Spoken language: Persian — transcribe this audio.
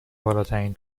بالاترین